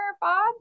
Bob